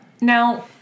Now